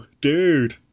dude